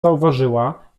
zauważyła